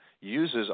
uses